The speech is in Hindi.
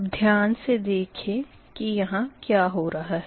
अब ध्यान से देखें की यहाँ क्या हो रहा है